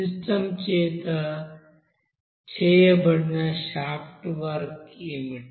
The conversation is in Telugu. సిస్టమ్ చేత చేయబడిన షాఫ్ట్ వర్క్ ఏమిటి